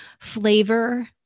flavor